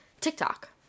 TikTok